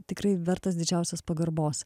tikrai vertas didžiausios pagarbos